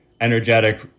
energetic